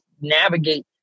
navigate